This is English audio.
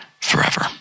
forever